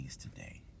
today